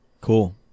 Cool